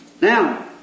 Now